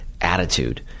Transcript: attitude